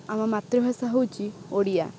ଆମ ମାତୃଭାଷା ହେଉଛି ଓଡ଼ିଆ